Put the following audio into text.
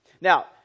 Now